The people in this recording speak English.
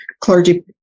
clergy